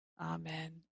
Amen